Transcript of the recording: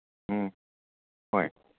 ꯎꯝ ꯍꯣꯏ